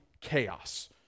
chaos